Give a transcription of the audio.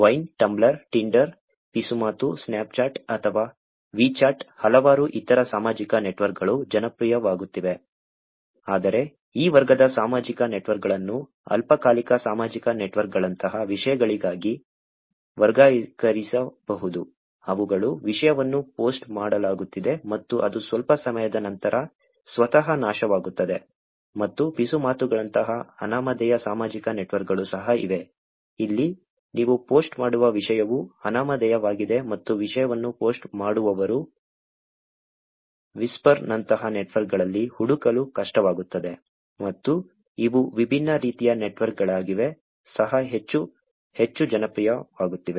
wine Tumblr Tinder ಪಿಸುಮಾತು Snapchat ಅಥವಾ WeChat ಹಲವಾರು ಇತರ ಸಾಮಾಜಿಕ ನೆಟ್ವರ್ಕ್ಗಳು ಜನಪ್ರಿಯವಾಗುತ್ತಿವೆ ಆದರೆ ಈ ವರ್ಗದ ಸಾಮಾಜಿಕ ನೆಟ್ವರ್ಕ್ಗಳನ್ನು ಅಲ್ಪಕಾಲಿಕ ಸಾಮಾಜಿಕ ನೆಟ್ವರ್ಕ್ಗಳಂತಹ ವಿಷಯಗಳಾಗಿ ವರ್ಗೀಕರಿಸಬಹುದು ಅವುಗಳು ವಿಷಯವನ್ನು ಪೋಸ್ಟ್ ಮಾಡಲಾಗುತ್ತಿದೆ ಮತ್ತು ಅದು ಸ್ವಲ್ಪ ಸಮಯದ ನಂತರ ಸ್ವತಃ ನಾಶವಾಗುತ್ತದೆ ಮತ್ತು ಪಿಸುಮಾತುಗಳಂತಹ ಅನಾಮಧೇಯ ಸಾಮಾಜಿಕ ನೆಟ್ವರ್ಕ್ಗಳು ಸಹ ಇವೆ ಅಲ್ಲಿ ನೀವು ಪೋಸ್ಟ್ ಮಾಡುವ ವಿಷಯವು ಅನಾಮಧೇಯವಾಗಿದೆ ಮತ್ತು ವಿಷಯವನ್ನು ಪೋಸ್ಟ್ ಮಾಡುವವರು ವಿಸ್ಪರ್ನಂತಹ ನೆಟ್ವರ್ಕ್ಗಳಲ್ಲಿ ಹುಡುಕಲು ಕಷ್ಟವಾಗುತ್ತದೆ ಮತ್ತು ಇವು ವಿಭಿನ್ನ ರೀತಿಯ ನೆಟ್ವರ್ಕ್ಗಳಾಗಿವೆ ಸಹ ಹೆಚ್ಚು ಹೆಚ್ಚು ಜನಪ್ರಿಯವಾಗುತ್ತಿದೆ